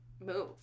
move